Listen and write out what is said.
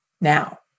now